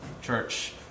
Church